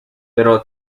pero